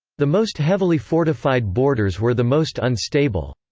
the most heavily fortified borders were the most unstable.